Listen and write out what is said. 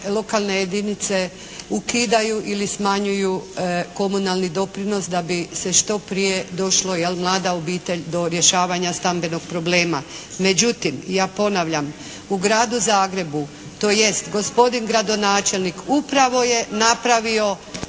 lokalne jedinice ukidaju ili smanjuju komunalni doprinos da bi se što prije došlo, jel mlada obitelj do rješavanja stambenog problema. Međutim, ja ponavljam u Gradu Zagrebu tj. gospodin gradonačelnik upravo je napravio